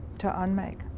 to unmake.